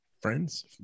friends